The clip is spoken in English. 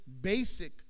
basic